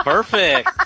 Perfect